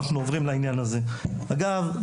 אגב,